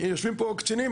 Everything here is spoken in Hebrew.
יושבים פה קצינים,